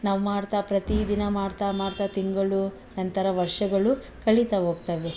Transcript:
ನಾವು ಮಾಡ್ತಾ ಪ್ರತಿದಿನ ಮಾಡ್ತಾ ಮಾಡ್ತಾ ತಿಂಗಳು ನಂತರ ವರ್ಷಗಳು ಕಳೀತಾ ಹೋಗ್ತವೆ